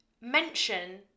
mention